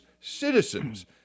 citizens